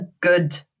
good